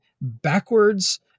backwards